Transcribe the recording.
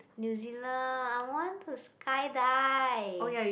New Zealand I want to skydive